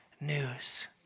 news